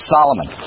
Solomon